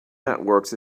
networks